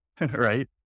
right